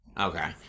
Okay